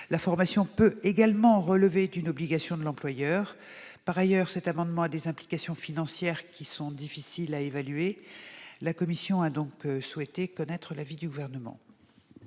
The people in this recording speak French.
la formation peut également relever d'une obligation de l'employeur. Par ailleurs, cet amendement a des implications financières qui sont difficiles à évaluer. La commission souhaite donc connaître l'avis du Gouvernement.